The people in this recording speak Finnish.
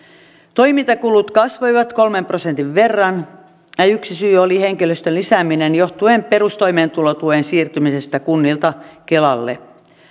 toimintakulut kasvoivat kolmen prosentin verran ja yksi syy oli henkilöstön lisääminen johtuen perustoimeentulotuen siirtymisestä kunnilta kelalle